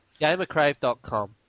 Gamercrave.com